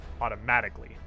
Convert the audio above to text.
automatically